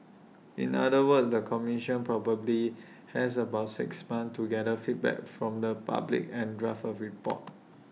in other words the commission probably has about six months to gather feedback from the public and draft A report